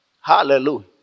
Hallelujah